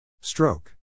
Stroke